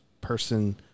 person